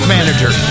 Manager